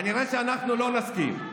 כנראה שאנחנו לא נסכים,